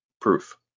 Proof